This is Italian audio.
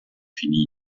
finì